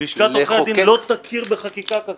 "לשכת עורכי הדין לא תכיר בחקיקה זו".